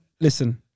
Listen